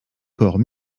corps